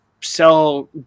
sell